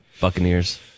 Buccaneers